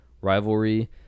rivalry